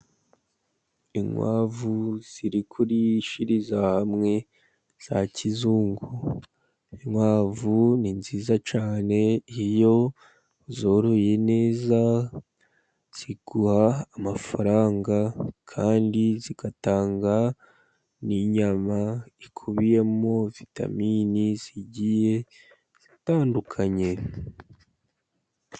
Inkwavu ziri kurishiriza hamwe za kizungu. Inkwavu ni nziza cyane, iyo uzoroye neza ziguha amafaranga, kandi zigatanga n'inyama ikubiyemo vitamin zigiye zitandukanye.